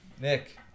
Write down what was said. nick